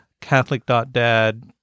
catholic.dad